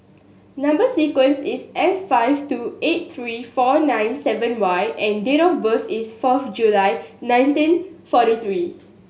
number sequence is S five two eight three four nine seven Y and date of birth is fourth July nineteen forty three